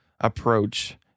approach